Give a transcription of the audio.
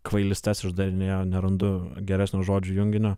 kvailystes išdarinėjo nerandu geresnio žodžių junginio